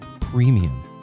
premium